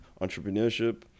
entrepreneurship